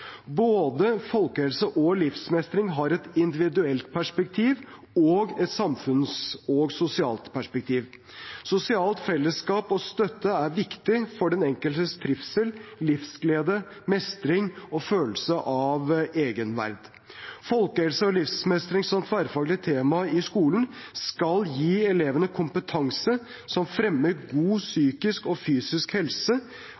Både folkehelse og livsmestring har et individuelt perspektiv og et samfunnsperspektiv og et sosialt perspektiv. Sosialt fellesskap og støtte er viktig for den enkeltes trivsel, livsglede, mestring og følelse av egenverd. Folkehelse og livsmestring som tverrfaglig tema i skolen skal gi elevene kompetanse som fremmer god